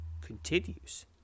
continues